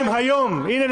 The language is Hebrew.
הודענו שאם היום הנה,